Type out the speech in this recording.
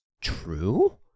true